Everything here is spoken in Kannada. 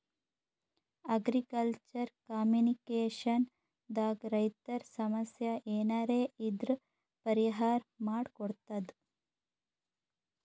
ಅಗ್ರಿಕಲ್ಚರ್ ಕಾಮಿನಿಕೇಷನ್ ದಾಗ್ ರೈತರ್ ಸಮಸ್ಯ ಏನರೇ ಇದ್ರ್ ಪರಿಹಾರ್ ಮಾಡ್ ಕೊಡ್ತದ್